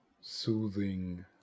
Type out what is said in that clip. soothing